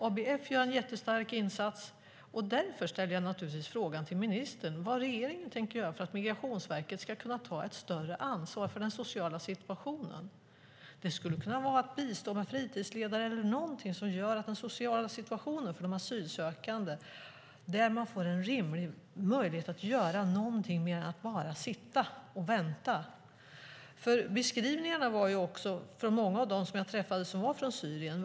ABF gör en jättestark insats. Därför ställer jag naturligtvis frågan till ministern: Vad har regeringen tänkt göra för att Migrationsverket ska kunna ta ett större ansvar för den sociala situationen? Det skulle kunna vara att bistå med fritidsledare eller någonting för den sociala situationen för de asylsökande där de får en rimlig möjlighet att göra någonting mer än att bara sitta och vänta. Många av dem jag träffade var från Syrien.